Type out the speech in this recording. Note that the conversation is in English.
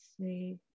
see